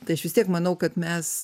tai aš vis tiek manau kad mes